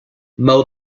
mow